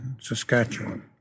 Saskatchewan